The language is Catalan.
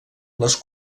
les